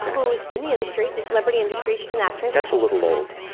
who's in the industry, the celebrity industry, she's an actress. that's a little old.